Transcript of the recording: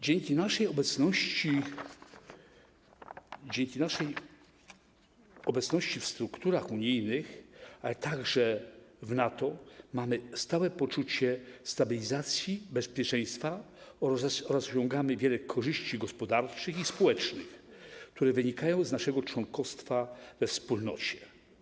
Dzięki naszej obecności w strukturach unijnych, ale także w NATO mamy stałe poczucie stabilizacji, bezpieczeństwa oraz osiągamy wiele korzyści gospodarczych i społecznych, które wynikają z naszego członkostwa we Wspólnocie.